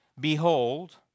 Behold